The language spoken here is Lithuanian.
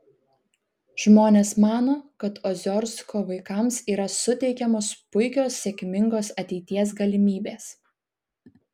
žmonės mano kad oziorsko vaikams yra suteikiamos puikios sėkmingos ateities galimybės